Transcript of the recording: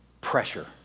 pressure